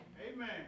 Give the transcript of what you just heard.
Amen